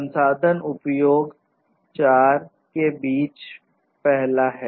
संसाधन उपयोग 4 के बीच पहला है